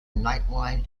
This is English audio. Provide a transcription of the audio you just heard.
nightline